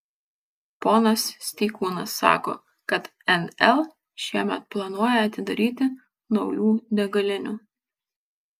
ponas steikūnas sako kad nl šiemet planuoja atidaryti naujų degalinių